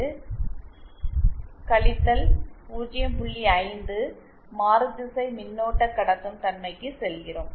5 மாறுதிசை மின்னோட்ட கடத்தும் தன்மைக்கு செல்கிறோம்